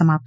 समाप्त